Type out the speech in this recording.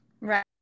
Right